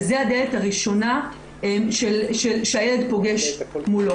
וזה הדלת הראשונה שהילד פוגש מולו.